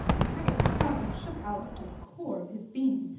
a second spasm shook albert to the core of his being.